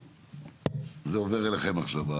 זה עובר אליכם עכשיו.